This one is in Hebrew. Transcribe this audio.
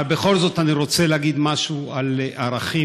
אבל בכל זאת אני רוצה להגיד משהו על ערכים,